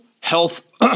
health